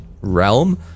Realm